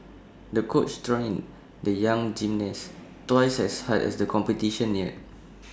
the coach turn in the young gymnast twice as hard as the competition neared